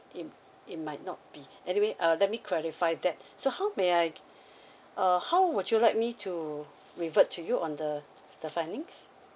it it might not be anyway uh let me clarify that so how may I uh how would you like me to revert to you on the the findings